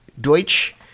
Deutsch